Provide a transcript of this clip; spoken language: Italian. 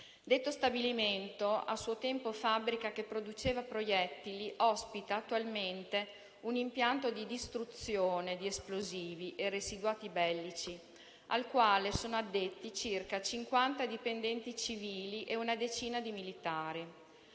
Detto stabilimento, a suo tempo fabbrica che produceva proiettili, ospita attualmente un impianto di distruzione di esplosivi e residuati bellici al quale sono addetti circa cinquanta dipendenti civili e una decina di militari.